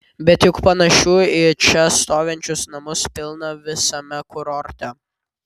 bet juk panašių į čia stovinčius namus pilna visame kurorte